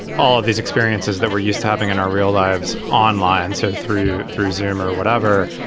all of these experiences that we're used to having in our real lives online so through through zoomer or whatever,